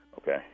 Okay